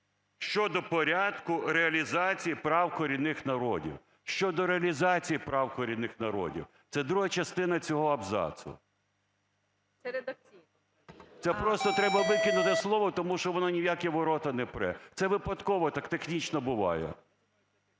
Щодо "порядку реалізації прав корінних народів". Щодо "реалізації прав корінних народів". Це друга частина цього абзацу. ГОЛОВУЮЧИЙ. Це редакційно? ЛЕСЮК Я.В. Це просто треба викинути слово, тому що воно ні в які ворота не пре. Це випадково, так технічно буває.